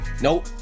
Nope